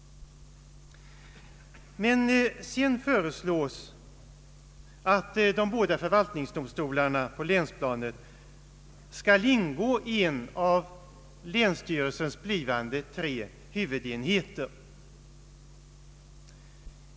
Vidare föreslås att de båda förvaltningsdomstolarna på länsplanet skall ingå i en av länsstyrelsens blivande tre huvudenheter.